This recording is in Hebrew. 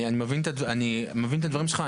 אני מבין את הדברים שלך,